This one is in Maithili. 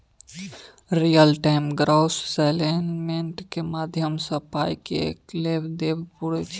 रियल टाइम ग्रॉस सेटलमेंट केर माध्यमसँ पाइ केर लेब देब तुरते होइ छै